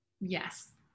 Yes